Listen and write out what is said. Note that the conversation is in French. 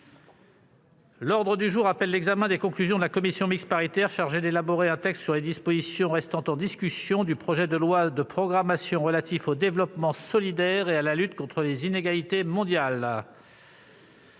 L'ordre du jour appelle l'examen des conclusions de la commission mixte paritaire chargée d'élaborer un texte sur les dispositions restant en discussion du projet de loi de programmation relatif au développement solidaire et à la lutte contre les inégalités mondiales